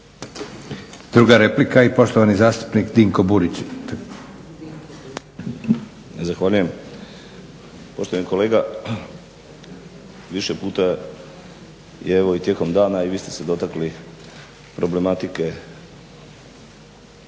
Druga replika i poštovani zastupnik Dinko Burić. **Burić, Dinko (HDSSB)** Zahvaljujem. Poštovani kolega više puta je evo i tijekom dana, a evo i vi ste se dotakli problematike